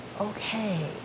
Okay